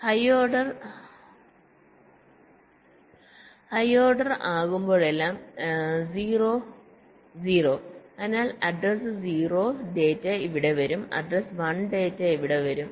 high order address 0 ആകുമ്പോഴെല്ലാം എല്ലാം 0 അതിനാൽഅഡ്രസ് 0 ഡാറ്റ ഇവിടെ വരും അഡ്രസ് 1 ഡാറ്റ ഇവിടെ വരും